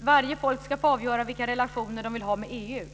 varje folk ska få avgöra vilka relationer de ska ha med EU.